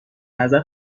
نظر